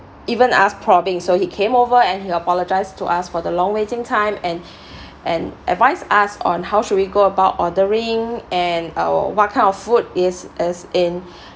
even us probing so he came over and he apologised to us for the long waiting time and and advised us us on how should we go about ordering and uh what kind of food is is in uh